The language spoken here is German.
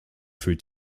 führt